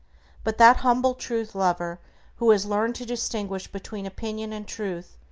but that humble truth-lover who has learned to distinguish between opinion and truth,